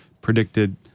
predicted